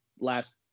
last